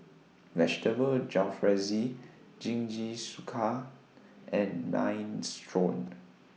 Vegetable Jalfrezi Jingisukan and Minestrone